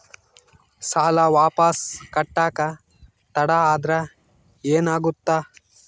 ಸಾಲ ವಾಪಸ್ ಕಟ್ಟಕ ತಡ ಆದ್ರ ಏನಾಗುತ್ತ?